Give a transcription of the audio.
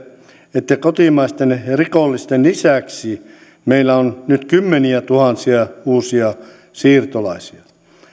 että kotimaisten rikollisten lisäksi meillä on nyt kymmeniätuhansia uusia siirtolaisia